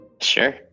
Sure